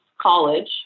college